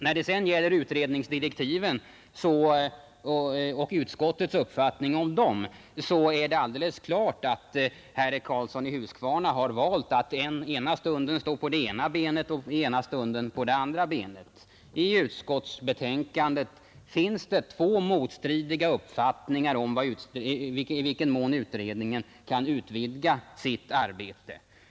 När det sedan gäller utredningsdirektiven och utskottets uppfattning om dem är det alldeles klart att herr Karlsson i Huskvarna har valt att den ena stunden stå på det ena benet och den andra stunden på det andra. I utskottsbetänkandet finns det två motstridiga uppfattningar om i vilken mån utredningen kan utvidga sitt arbete.